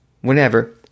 whenever